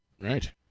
Right